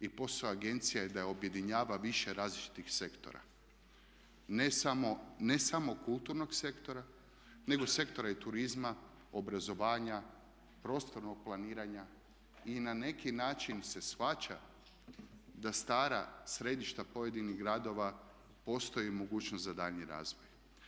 I posao agencija je da objedinjava više različitih sektora, ne samo kulturnog sektora, nego sektora i turizma, obrazovanja, prostornog planiranja i na neki način se shvaća da stara središta pojedinih gradova postoji mogućnost za daljnji razvoj.